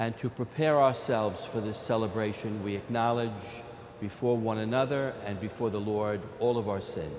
and to prepare ourselves for this celebration we acknowledge before one another and before the lord all of our say